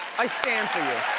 i stand for